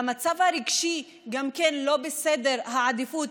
והמצב הרגשי גם כן לא בסדר העדיפויות,